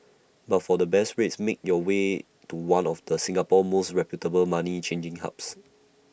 but for the best rates make your way to one of the Singapore's most reputable money changing hubs